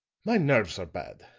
my nerves are bad.